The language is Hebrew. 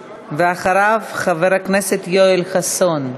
ואחריו, חבר הכנסת יואל חסון.